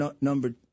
number